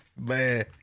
Man